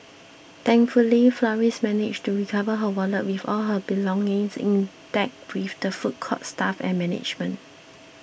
thankfully Flores managed to recover her wallet with all her belongings intact with the food court's staff and management